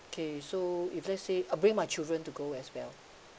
K so if let's say uh bring my children to go as well